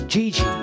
Gigi